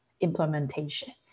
implementation